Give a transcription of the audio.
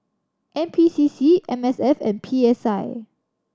N P C C M S F and P S I